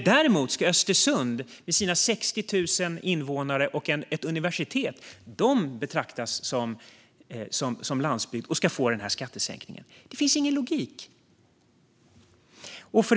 Däremot betraktas Östersund med sina 60 000 invånare och ett universitet som landsbygd och ska få den här skattesänkningen. Det finns ingen logik i det här.